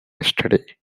yesterday